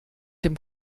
dem